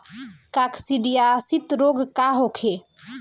काकसिडियासित रोग का होखे?